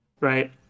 right